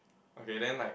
okay then like